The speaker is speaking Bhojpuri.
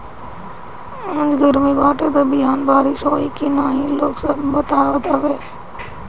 आज गरमी बाटे त बिहान बारिश होई की ना इ लोग सब बतावत हवे